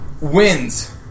Wins